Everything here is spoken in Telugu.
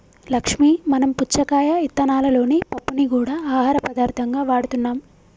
లక్ష్మీ మనం పుచ్చకాయ ఇత్తనాలలోని పప్పుని గూడా ఆహార పదార్థంగా వాడుతున్నాం